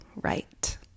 right